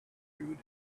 and